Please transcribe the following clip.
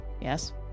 Yes